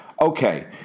Okay